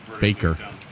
Baker